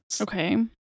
Okay